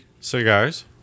Cigars